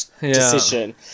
decision